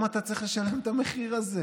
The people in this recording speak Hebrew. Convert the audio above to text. מיקי לוי שמחליט לסתום לנו את הפה.